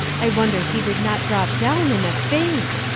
i wonder he did not drop down in a faint!